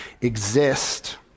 exist